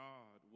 God